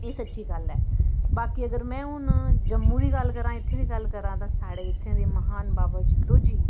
एह् सच्ची गल्ल ऐ बाकी अगर मैं हून जम्मू दी गल्ल करां इत्थै दी गल्ल करां तां साढ़े इत्थे दे महान बाबा जित्तो जी